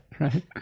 right